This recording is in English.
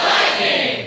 Lightning